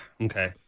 Okay